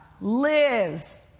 lives